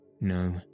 No